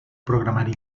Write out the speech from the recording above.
programari